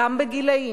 גם בגילאים,